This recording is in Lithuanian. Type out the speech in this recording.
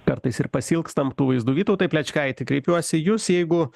kartais ir pasiilgstam tų vaizdų vytautai plečkaiti kreipiuosi į jus jeigu